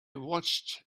watched